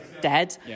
dead